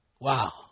Wow